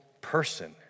person